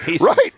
Right